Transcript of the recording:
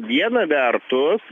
viena vertus